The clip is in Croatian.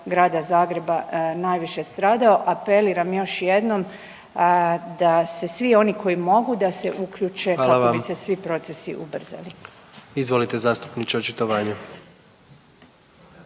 Hvala vam. Izvolite očitovanje.